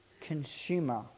consumer